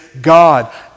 God